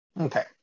okay